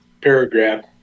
paragraph